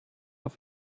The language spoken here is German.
auf